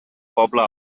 poble